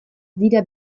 dira